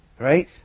Right